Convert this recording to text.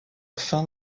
fin